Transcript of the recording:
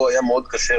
פה היה מאוד קשה,